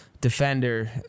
defender